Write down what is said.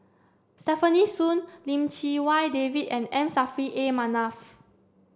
Stefanie Sun Lim Chee Wai David and M Saffri A Manaf